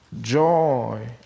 Joy